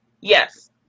Yes